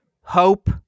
hope